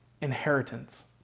inheritance